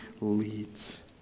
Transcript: leads